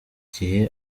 gihe